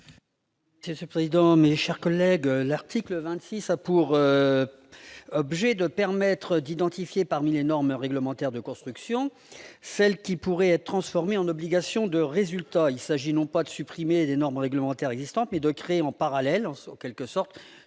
Je suis président, mes chers collègues, l'article 26 a pour objet de permettre d'identifier parmi les normes réglementaires de construction, celle qui pourraient être transformée en obligation de résultat, il s'agit non pas de supprimer des normes réglementaires existantes, mais de créer en parallèle, en quelque sorte